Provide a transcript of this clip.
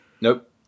nope